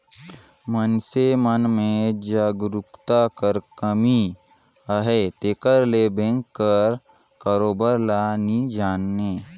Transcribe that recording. मइनसे मन में जागरूकता कर कमी अहे तेकर ले बेंक कर कारोबार ल नी जानें